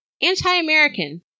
anti-American